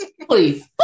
Please